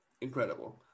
incredible